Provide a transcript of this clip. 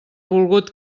volgut